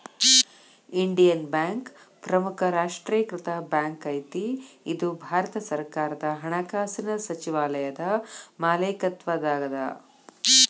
Indian bank ಪ್ರಮುಖ ರಾಷ್ಟ್ರೇಕೃತ bank ಐತಿ ಇದು ಭಾರತ ಸರ್ಕಾರದ ಹಣಕಾಸಿನ್ ಸಚಿವಾಲಯದ ಮಾಲೇಕತ್ವದಾಗದ